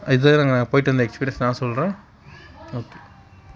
இதுதான் நாங்கள் போய்விட்டு வந்த எக்ஸ்பீரியன்ஸ் நான் சொல்கிறேன் ஓகே